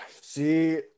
see